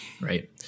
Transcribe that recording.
right